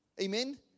Amen